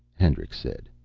hendricks said.